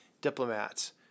diplomats